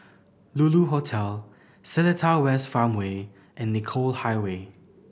Lulu Hotel Seletar West Farmway and Nicoll Highway